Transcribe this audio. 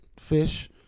fish